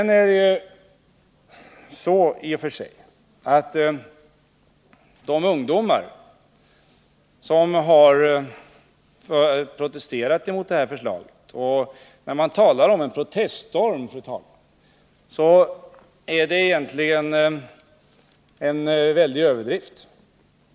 När man, fru talman, talar om en proteststorm bland ungdomarna rör det sig egentligen om en väldig överdrift.